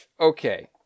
okay